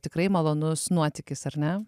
tikrai malonus nuotykis ar ne